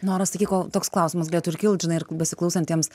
nora sakyk o toks klausimas galėtų ir kilt žinai ir besiklausantiems